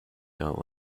don’t